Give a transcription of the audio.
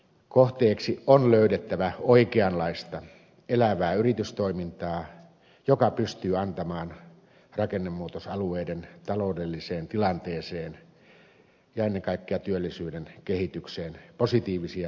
kohteeksi on löydettävä oikeanlaista elävää yritystoimintaa joka pystyy antamaan rakennemuutosalueiden taloudelliseen tilanteeseen ja ennen kaikkea työllisyyden kehitykseen positiivisia tulevaisuudennäkymiä